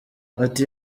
ati